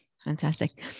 Fantastic